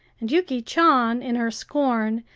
and yuki chan, in her scorn,